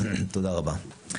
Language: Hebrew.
תודה רבה.